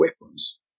weapons